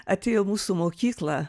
atėjo į mūsų mokyklą